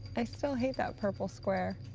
i still hate that purple square.